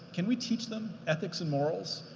can we teach them ethics and morals?